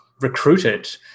recruited